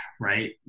right